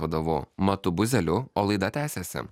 vadovu matu buzeliu o laida tęsiasi